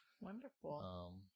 wonderful